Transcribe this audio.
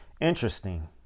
Interesting